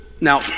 now